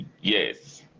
Yes